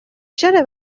چرا